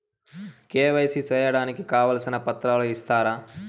KYC సేయడానికి కావాల్సిన పత్రాలు ఇస్తారా?